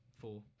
Four